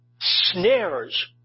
snares